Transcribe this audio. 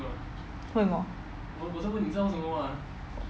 为什么